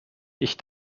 ich